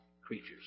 creatures